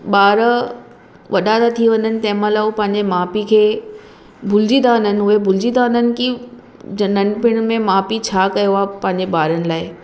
ॿार वॾा था थी वञनि तंहिंमहिल हूं पंहिंजे माउ पीउ खे भुलिजी था वञनि उहे भुलिजी था वञनि की ज नंढपिण में माउ पीउ छा कयो आहे पंहिंजे ॿारनि लाइ